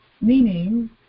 meaning